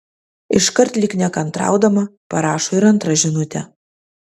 iškart lyg nekantraudama parašo ir antrą žinutę